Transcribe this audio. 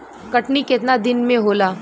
कटनी केतना दिन में होला?